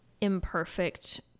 imperfect